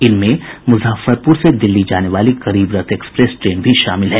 इनमें मुजफ्फरपुर से दिल्ली जाने वाली गरीबरथ एक्सप्रेस ट्रेन भी शामिल है